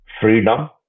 freedom